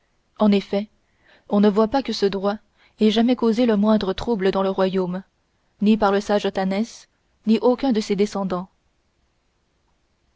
en effet on ne voit pas que ce droit ait jamais causé le moindre trouble dans le royaume ni par le sage otanès ni aucun de ses descendants